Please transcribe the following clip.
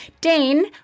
Dane